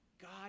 God